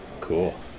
cool